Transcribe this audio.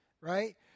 right